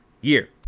year